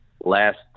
last